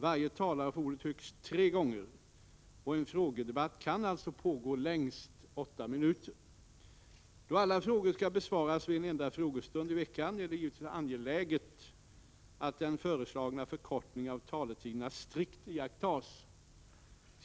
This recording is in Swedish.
Varje talare får ordet högst tre gånger, och en frågedebatt kan alltså pågå längst åtta minuter. Då alla frågor skall besvaras vid en enda frågestund i veckan är det givetvis angeläget att den föreslagna förkortningen av taletiderna strikt iakttas.